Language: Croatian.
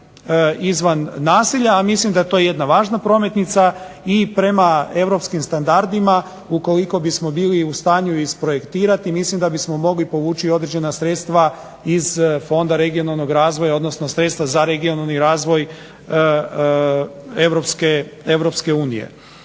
izvan naselja, a mislim da je to jedna važna prometnica i prema europskim standardima ukoliko bismo bili u stanju isprojektirati mislim da bismo mogli povući određena sredstva iz Fonda regionalnog razvoja odnosno sredstva za regionalni razvoj Europske unije.